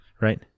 Right